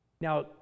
Now